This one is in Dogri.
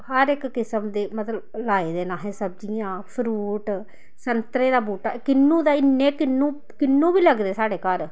हर इक किसम दी मतलब लाए दे न असें सब्जियां फ्रूट संतरे दा बूह्टा किन्नू ते इन्ने किन्नू बी लगदे साढ़े घर